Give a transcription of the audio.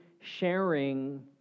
sharing